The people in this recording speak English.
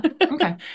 Okay